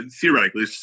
theoretically